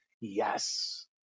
yes